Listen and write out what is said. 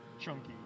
chunky